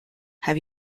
have